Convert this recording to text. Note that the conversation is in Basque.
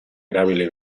erabili